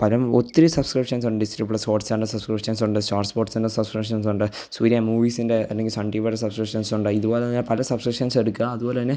പകരം ഒത്തിരി സബ്സ്ക്രിപ്ഷൻസുണ്ട് ഡിസ്നി പ്ലസ് ഹോട്ട്സ്റ്റാറിൻ്റെ സബ്സ്ക്രിപ്ഷൻസുണ്ട് സ്റ്റാർ സ്പോർട്സിൻ്റെ സബ്സ്ക്രിപ്ഷൻസുണ്ട് സൂര്യ മൂവീസിൻ്റെ അല്ലെങ്കിൽ സൺ ടി വിയുടെ സബ്സ്ക്രിപ്ഷൻസുണ്ട് ഇതുപോലെ പല സബ്സ്ക്രിപ്ഷൻസെടുക്കുക അതുപോലെത്തന്നെ